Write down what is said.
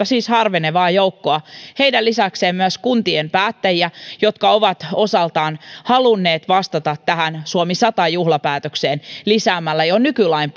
siis tuon harvenevan joukon ja heidän läheistensä lisäksi myös kuntien päättäjiä jotka ovat osaltaan halunneet vastata tähän suomi sataan juhlapäätökseen lisäämällä jo nykylain